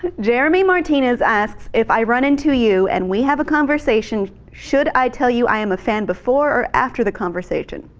jeremy martinez asked if i run into you and we have a conversation should i tell you i am a fan before after the conversation